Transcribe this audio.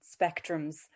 spectrums